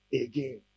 again